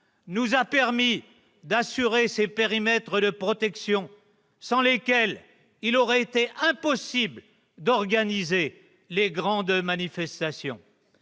nous a permis d'assurer des périmètres de protection, sans lesquels il aurait été impossible d'organiser ces grandes manifestations.